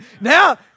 Now